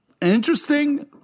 interesting